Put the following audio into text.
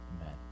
Amen